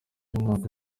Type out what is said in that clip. umwaka